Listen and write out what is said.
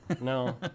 no